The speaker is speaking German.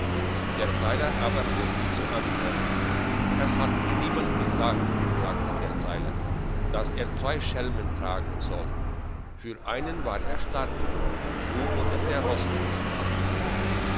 der seiler aber wusste zu antworten es hat mir niemand gesagt sagte der seiler dass er zwei schelmen tragen soll für einen war er stark genug du oder der